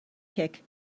kick